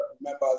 members